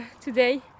today